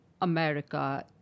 America